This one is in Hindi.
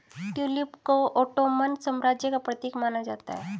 ट्यूलिप को ओटोमन साम्राज्य का प्रतीक माना जाता है